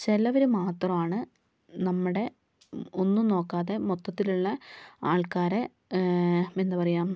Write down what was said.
ചിലവര് മാത്രാണ് നമ്മുടെ ഒന്നും നോക്കാതെ മൊത്തത്തിലുള്ള ആൾക്കാരെ എന്താ പറയുക്